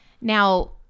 Now